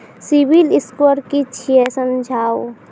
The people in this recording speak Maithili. सिविल स्कोर कि छियै समझाऊ?